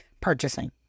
purchasing